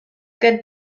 gen